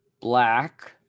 black